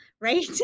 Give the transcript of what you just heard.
right